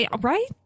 right